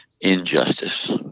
Injustice